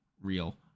real